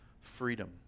freedom